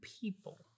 people